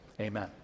Amen